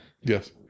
Yes